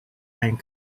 and